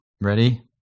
Ready